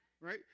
Right